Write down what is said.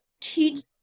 teach